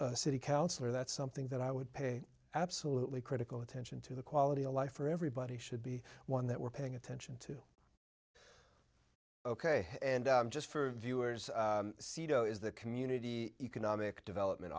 a city councillor that's something that i would pay absolutely critical attention to the quality of life for everybody should be one that we're paying attention to ok and just for viewers seato is the community economic development